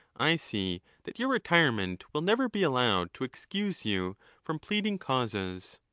i see that your retire ment will never be allowed to excuse you from pleading causes.